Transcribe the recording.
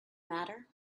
matter